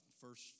first